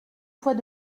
fois